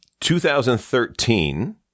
2013